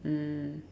mm